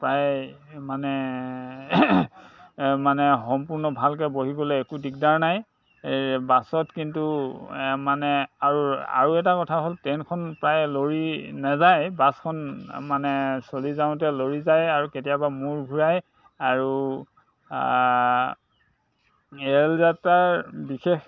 প্ৰায় মানে মানে সম্পূৰ্ণ ভালকে বহিবলে একো দিগদাৰ নাই বাছত কিন্তু মানে আৰু এটা কথা হ'ল ট্ৰেইনখন প্ৰায় লৰি নেযায় বাছখন মানে চলি যাওঁতে লৰি যায় আৰু কেতিয়াবা মূৰ ঘূৰাই আৰু ৰেল যাত্ৰাৰ বিশেষ